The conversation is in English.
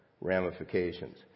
ramifications